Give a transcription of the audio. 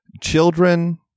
children